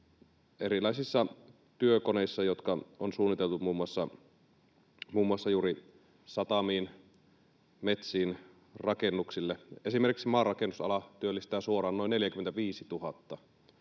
erilaisissa työkoneissa, jotka on suunniteltu muun muassa juuri satamiin, metsiin, rakennuksille. Esimerkiksi maarakennusala työllistää suoraan noin 45 000